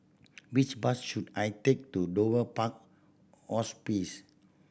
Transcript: which bus should I take to Dover Park Hospice